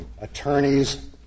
attorneys